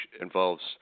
involves